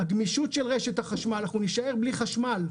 הגמישות של רשת החשמל, אנחנו נישאר בלי חשמל.